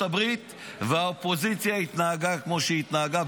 הברית והאופוזיציה התנהגה כמו שהיא התנהגה,